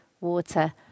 water